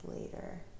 later